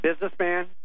businessman